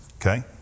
Okay